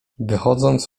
wychodząc